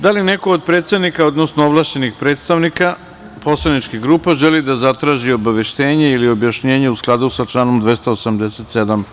Da li neko od predsednika, odnosno ovlašćenih predstavnika poslaničkih grupa želi da zatraži obaveštenje ili objašnjenje u skladu sa članom 287.